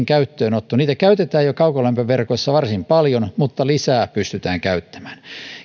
käyttöönotto niitä käytetään jo kaukolämpöverkossa varsin paljon mutta lisää pystytään käyttämään